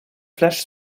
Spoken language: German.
flash